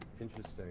Interesting